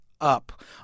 up